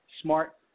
smart